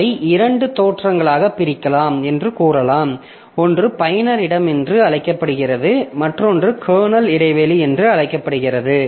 அதை இரண்டு தோற்றங்களாகப் பிரிக்கலாம் என்று கூறலாம் ஒன்று பயனர் இடம் என்று அழைக்கப்படுகிறது மற்றொன்று கர்னல் இடைவெளி என்றும் அழைக்கப்படுகிறது